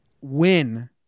Win